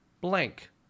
blank